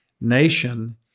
nation